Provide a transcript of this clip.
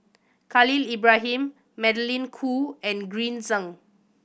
Khalil Ibrahim Magdalene Khoo and Green Zeng